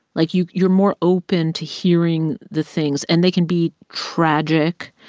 like, you you're more open to hearing the things. and they can be tragic,